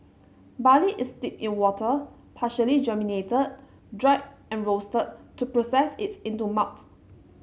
Barley is steeped in water partially germinated dried and roasted to process it into malt